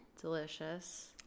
Delicious